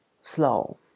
slow